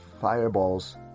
fireballs